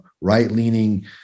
right-leaning